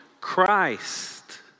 Christ